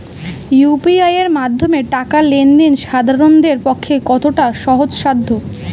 UPI এর মাধ্যমে টাকা লেন দেন সাধারনদের পক্ষে কতটা সহজসাধ্য?